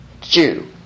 Jew